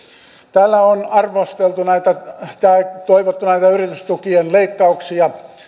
täällä on toivottu näitä yritystukien leikkauksia